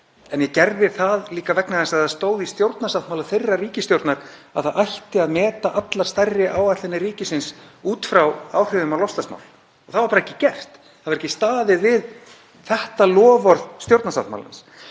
En ég gerði það líka vegna þess að það stóð í stjórnarsáttmála þeirrar ríkisstjórnar að það ætti að meta allar stærri áætlanir ríkisins út frá áhrifum á loftslagsmál. Það var bara ekki gert. Það var ekki staðið við þetta loforð stjórnarsáttmálans.